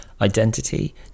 identity